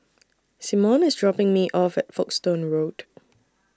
Simone IS dropping Me off At Folkestone Road